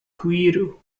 kuiru